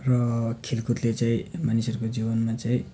र खेलकुदले चाहिँ मानिसहरूको जीवनमा चाहिँ